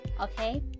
okay